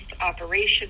operation